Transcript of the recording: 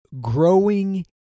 Growing